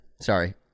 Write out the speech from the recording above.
Sorry